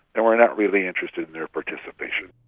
and we are not really interested in their participation.